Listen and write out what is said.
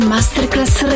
Masterclass